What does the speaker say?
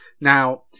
Now